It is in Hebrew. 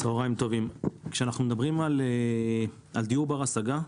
צהריים טובים, כשאנחנו מדברים על דיור בר השגה,